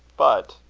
but,